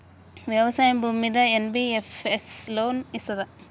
వ్యవసాయం భూమ్మీద NBFS loan ఇస్తదా?